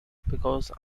because